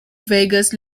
vegas